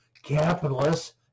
Capitalists